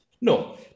No